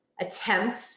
attempt